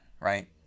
right